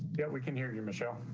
yeah, we can hear you, michelle.